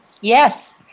Yes